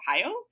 Ohio